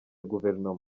guverinoma